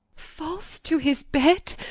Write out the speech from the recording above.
false to his bed?